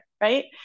right